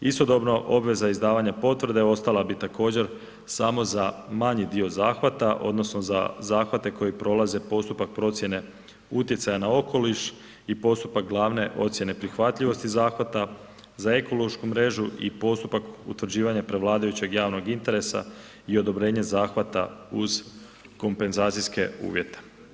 Istodobno obveza izdavanja potvrde ostala bi također samo za manji dio zahvata odnosno za zahvate koji prolaze postupak procjene utjecaja na okoliš i postupak glavne ocjene prihvatljivosti zahvata za ekološku mrežu i postupak utvrđivanja prevladajućeg javnog interesa i odobrenje zahvata uz kompenzacijske uvjete.